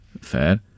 fair